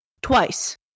Twice